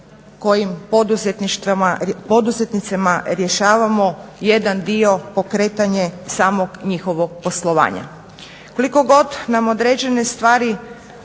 kojim poduzetnicima rješavamo jedan dio pokretanje samog njihovog poslovanja.